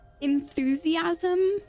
enthusiasm